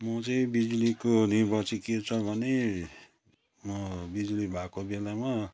म चाहिँ बिजलीको लिभर चाहिँ के छ भने म बिजुली भएको बेलामा